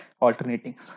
alternating